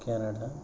Canada